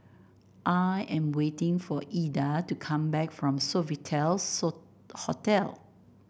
I am waiting for Eda to come back from Sofitel So Hotel